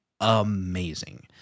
amazing